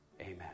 amen